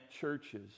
churches